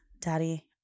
daddy